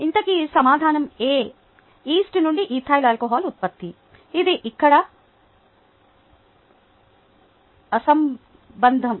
ఇంతకీ సమాధానం ఎఈస్ట్ నుండి ఇథైల్ ఆల్కహాల్ ఉత్పత్తి ఇది ఇక్కడ అసంబద్ధం